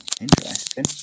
Interesting